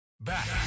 back